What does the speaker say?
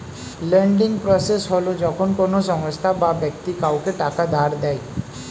lending process হল যখন কোনো সংস্থা বা ব্যক্তি কাউকে টাকা ধার দেয়